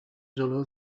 جلو